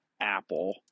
Apple